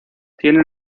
tiene